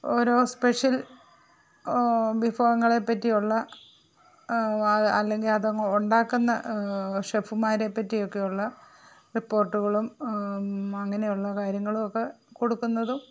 ഓരോ സ്പെഷ്യൽ വിഭവങ്ങളെ പറ്റിയുള്ള അല്ലെങ്കിൽ അതങ്ങ് ഉണ്ടാക്കുന്ന ഷെഫ്മാരെ പറ്റിയൊക്കെയുള്ള റിപ്പോർട്ടുകളും അങ്ങനെയുള്ള കാര്യങ്ങളുവൊക്കെ കൊടുക്കുന്നതും